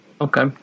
Okay